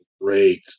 great